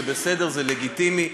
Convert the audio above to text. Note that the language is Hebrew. זה בסדר, זה לגיטימי.